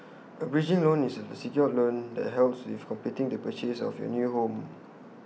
A bridging loan is A secured loan that helps with completing the purchase of your new home